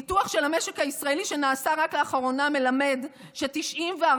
ניתוח של המשק הישראלי שנעשה רק לאחרונה מלמד ש-94%